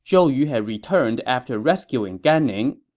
zhou yu had returned after rescuing gan ning.